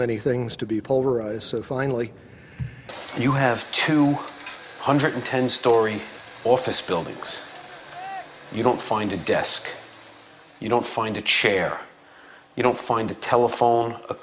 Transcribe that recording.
many things to be pulverized so finally you have two hundred ten story office buildings you don't find a desk you don't find a chair you don't find a telephone